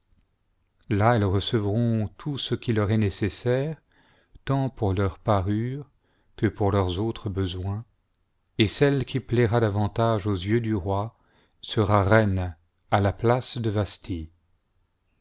là elles recevront tout ce qui leur est nécessaire tant pour leur parure que pour leurs autres besoins et celle qui plaira davantage aux yeux du roi sera reine à la place de vasthi